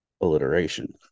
alliteration